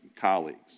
colleagues